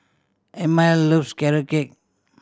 Emile loves Carrot Cake